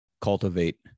cultivate